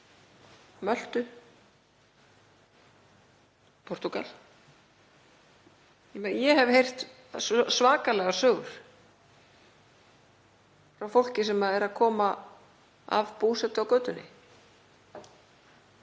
Möltu, Portúgal? Ég hef heyrt svakalegar sögur frá fólki sem er að koma af búsetu á götunni.